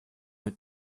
mit